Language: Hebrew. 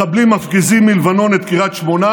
מחבלים מפגיזים מלבנון את קריית שמונה,